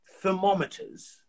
thermometers